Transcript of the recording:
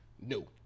no